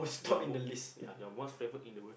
ya mo~ ya your most favourite in the world